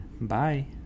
Bye